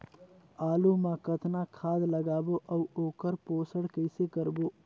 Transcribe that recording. आलू मा कतना खाद लगाबो अउ ओकर पोषण कइसे करबो?